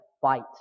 fight